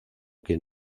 quien